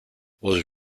was